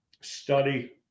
study